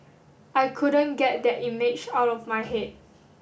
I couldn't get that image out of my head